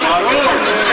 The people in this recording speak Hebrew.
ברור.